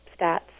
stats